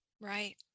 Right